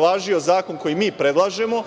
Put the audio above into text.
važio zakon koji mi predlažemo,